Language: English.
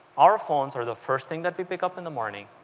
our phones are the first thing that we pick up in the morning